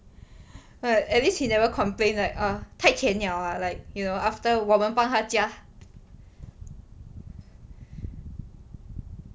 but at least he never complain like err 太甜 liao lah like you know after 我们帮他加